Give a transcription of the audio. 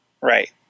Right